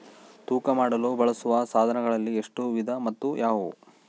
ತೂಕ ಮಾಡಲು ಬಳಸುವ ಸಾಧನಗಳಲ್ಲಿ ಎಷ್ಟು ವಿಧ ಮತ್ತು ಯಾವುವು?